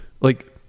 like-